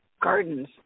gardens